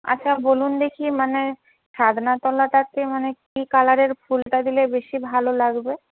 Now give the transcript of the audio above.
আচ্ছা বলুন দেখি মানে ছাদনাতলাটাকে মানে কী কালারের ফুলটা দিলে বেশি ভালো লাগবে